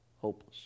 hopeless